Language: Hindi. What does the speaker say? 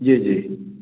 जी जी